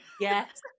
Yes